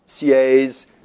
CAs